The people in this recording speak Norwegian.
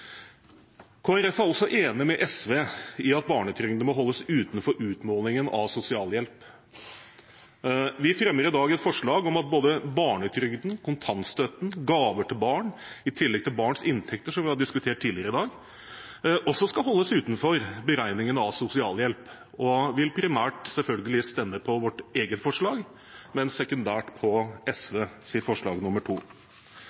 er også enig med SV i at barnetrygden må holdes utenfor utmålingen av sosialhjelp. Vi fremmer i dag et forslag om at både barnetrygden, kontantstøtten og gaver til barn, i tillegg til barns inntekter, som vi har diskutert tidligere i dag, skal holdes utenfor beregningen av sosialhjelp. Vi vil primært selvfølgelig stemme for vårt eget forslag, men sekundært for SVs forslag